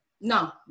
no